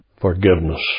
forgiveness